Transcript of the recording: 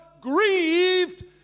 grieved